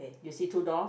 do you see two doors